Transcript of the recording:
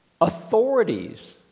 authorities